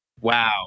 Wow